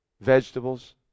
vegetables